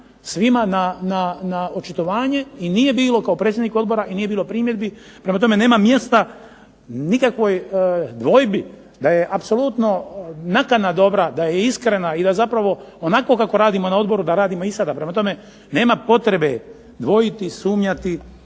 svima na očitovanje kao predsjednik odbora i nje bilo primjedbi. Prema tome, nema mjesta nikakvoj dvojbi da je nakana dobra, da je iskrena i da zapravo onako kako radimo na odboru da radimo i sada. Prema tome, nema potrebe dvojiti, sumnjati